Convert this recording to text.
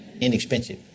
Inexpensive